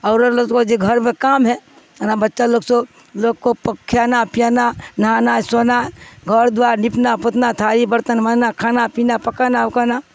اور لوگ کو گھر پ کام ہے ہے نا بچہ لوگ سو لوگ کو کھانا پانا نہانا سونا ہے گھر دووار نپنا پوتنا تھاری برتن مننا کھانا پینا پکانا اکانا